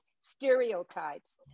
stereotypes